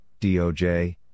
DOJ